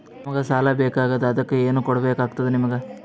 ನಮಗ ಸಾಲ ಬೇಕಾಗ್ಯದ ಅದಕ್ಕ ಏನು ಕೊಡಬೇಕಾಗ್ತದ ನಿಮಗೆ?